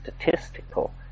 statistical